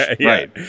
Right